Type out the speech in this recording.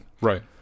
right